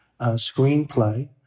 screenplay